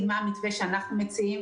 אנחנו מציעים